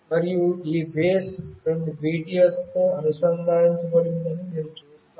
మరియు ఈ బేస్ రెండు BTS తో అనుసంధానించబడిందని మీరు చూస్తారు